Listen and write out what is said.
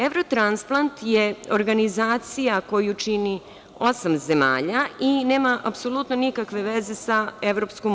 Evrotlansplant je organizacija koju čini osam zemalja i nema apsolutno nema nikakve veze sa EU.